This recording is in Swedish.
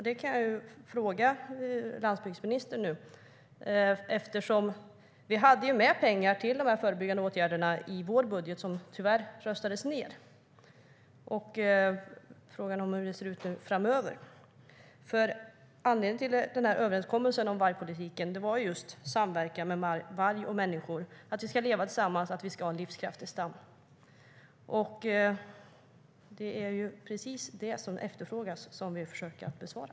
Det kan jag ju fråga landsbygdsministern nu. Vi hade ju med pengar till de här förebyggande åtgärderna i vår budget, som tyvärr röstades ned. Frågan är hur det ser ut framöver. Anledningen till överenskommelsen om vargpolitiken var just samverkan mellan varg och människor, att vi ska leva tillsammans och ha en livskraftig vargstam. Det är precis det som efterfrågas som vi försöker besvara.